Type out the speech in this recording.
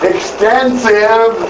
Extensive